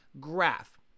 graph